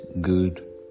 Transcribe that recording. good